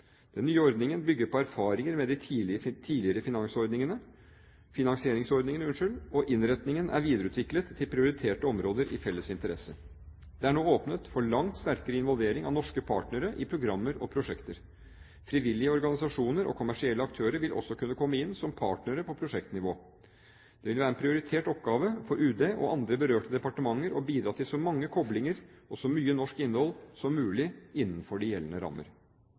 Den nye ordningen bygger på erfaringer med de tidligere finansieringsordningene, og innretningen er videreutviklet til prioriterte områder av felles interesse. Det er nå åpnet for en langt sterkere involvering av norske partnere i programmer og prosjekter. Frivillige organisasjoner og kommersielle aktører vil også kunne komme inn som partnere på prosjektnivå. Det vil være en prioritert oppgave for UD og andre berørte departementer å bidra til så mange koblinger og så mye norsk innhold som mulig innenfor de gjeldende rammer.